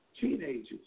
teenagers